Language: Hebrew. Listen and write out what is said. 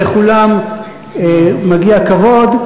אבל לכולם מגיע כבוד.